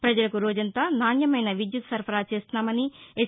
ప్రజలకు రోజంతా నాణ్యమైన విద్యుత్తు సరఫరా చేస్తున్నామని ఎస్